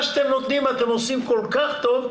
מה שאתם נותנים אתם עושים כל כך טוב,